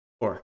four